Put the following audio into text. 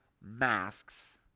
masks